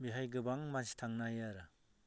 बेहाय गोबां मानसि थांनो हायो आरो